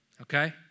Okay